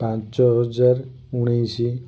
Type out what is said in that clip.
ପାଞ୍ଚ ହଜାର ଉଣେଇଶି